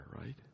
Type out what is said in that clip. right